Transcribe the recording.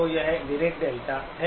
तो यह Dirac delta है